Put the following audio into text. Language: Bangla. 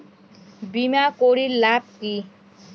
বিমা করির লাভ কি?